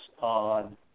on